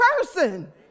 person